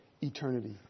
eternity